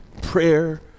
prayer